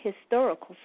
historical